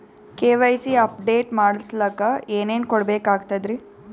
KYC update ಮಾಡಸ್ಲಕ ಏನೇನ ಕೊಡಬೇಕಾಗ್ತದ್ರಿ?